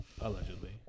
Allegedly